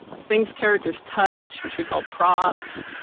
things characters touch which we call props.